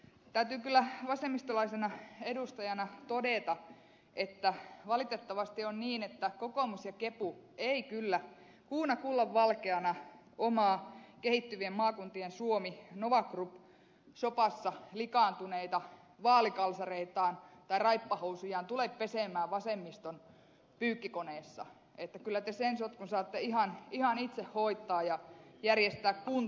täytyy kyllä vasemmistolaisena edustajana todeta että valitettavasti on niin että kokoomus ja kepu eivät kyllä kuuna kullan valkeana omia kehittyvien maakuntien suominova group sopassa likaantuneita vaalikalsareitaan tai raippahousujaan tule pesemään vasemmiston pyykkikoneessa kyllä te sen sotkun saatte ihan itse hoitaa ja järjestää kuntoon